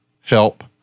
help